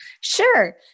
Sure